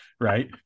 right